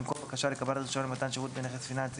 במקום "בקשה לקבלת רישיון למתן שירות בנכס פיננסי,